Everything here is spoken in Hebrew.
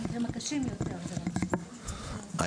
--- המקרים הקשים יותר --- המוסד לביטוח לאומי,